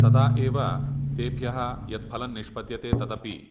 तदा एव तेभ्यः यत्फलं निष्पद्यते तदपि